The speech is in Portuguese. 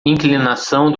inclinação